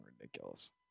ridiculous